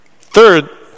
third